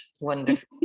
Wonderful